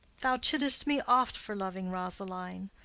thou chid'st me oft for loving rosaline.